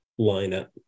lineup